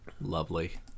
Lovely